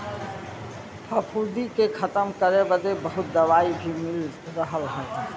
फफूंदी के खतम करे बदे बहुत दवाई भी मिल रहल हई